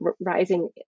rising